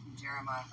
Jeremiah